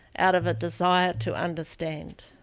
out of a desire to understand.